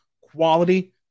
quality